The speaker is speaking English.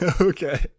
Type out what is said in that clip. Okay